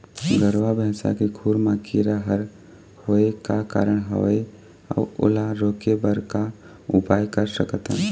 गरवा भैंसा के खुर मा कीरा हर होय का कारण हवए अऊ ओला रोके बर का उपाय कर सकथन?